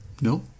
No